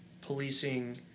policing